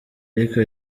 ariko